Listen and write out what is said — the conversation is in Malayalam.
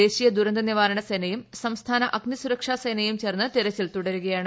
ദേശീയ ദുരന്ത നിവാരണ സേനയും സംസ്ഥാന അഗ്നി സൂര്രക്ഷ സേനയും ചേർന്ന് തിരച്ചിൽ തുടരുകയാണ്